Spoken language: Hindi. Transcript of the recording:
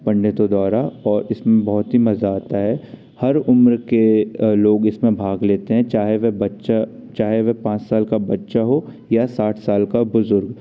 पंडितों द्वारा और इसमे बहुत ही मज़ा आता है हर उम्र के लोग इसमें भाग लेते हैं चाहे वह बच्चा चाहे वे पाँच साल का बच्चा हो या साठ साल का बुजुर्ग